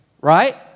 right